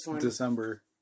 december